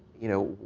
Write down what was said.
you know.